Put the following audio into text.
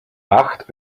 acht